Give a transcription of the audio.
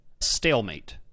stalemate